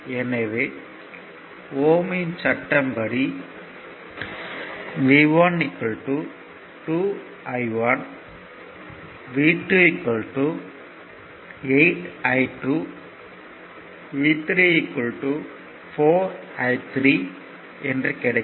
எனவே ஓம் யின் சட்டம் ohm's law படி V1 2 I1 V2 8 I2 V3 4 I3 என கிடைக்கும்